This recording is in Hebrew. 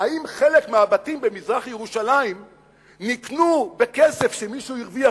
אם חלק מהבתים במזרח-ירושלים נקנו בכסף שמישהו הרוויח